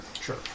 Sure